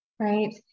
Right